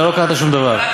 אתה לא קראת שום דבר.